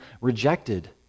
rejected